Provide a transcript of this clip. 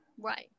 Right